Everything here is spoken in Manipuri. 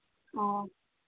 ꯑꯣ